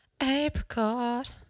Apricot